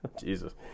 Jesus